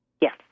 Yes